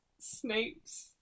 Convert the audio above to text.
Snape's